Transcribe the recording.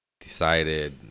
decided